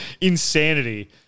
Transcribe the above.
insanity